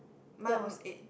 mine was eight